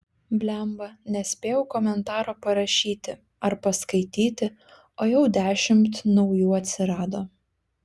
blemba nespėjau komentaro parašyti ar paskaityti o jau dešimt naujų atsirado